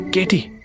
Katie